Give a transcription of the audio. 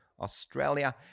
Australia